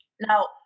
now